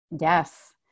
Yes